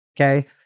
Okay